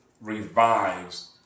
revives